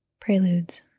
Preludes